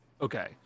Okay